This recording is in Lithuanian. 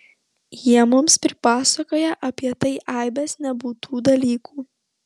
jie mums pripasakoja apie tai aibes nebūtų dalykų